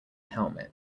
helmet